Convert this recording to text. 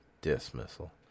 Dismissal